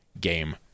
game